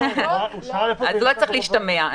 לא צריך להשתמע.